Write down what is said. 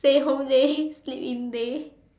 play whole day sleep in day